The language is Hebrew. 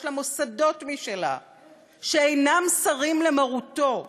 יש לה מוסדות משלה שאינם סרים למרותו.